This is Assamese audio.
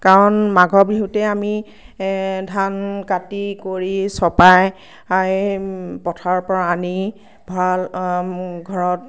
কাৰণ মাঘৰ বিহুতেই আমি ধান কাটি কৰি চপাই পথাৰৰ পৰা আনি ভঁৰাল ঘৰতকাৰণ মাঘৰ বিহুতেই আমি ধান কাটি কৰি চপাই পথাৰৰ পৰা আনি ভঁৰাল ঘৰত